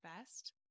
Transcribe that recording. best